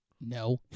No